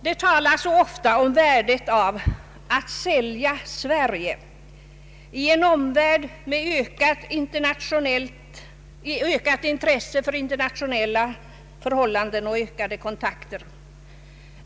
Det talas så ofta om värdet av att sälja Sverige i en omvärld med ökat intresse för internationella förhållanden och ökade kontakter.